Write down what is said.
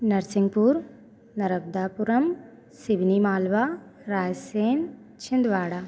Narsinghpur Narbadapuram Seoni Malwa Raisen Chhindwara